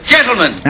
Gentlemen